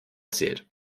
zählt